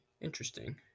Interesting